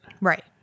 Right